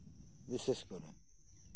ᱵᱤᱥᱮᱹᱥ ᱠᱚᱨᱮ